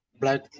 black